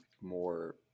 more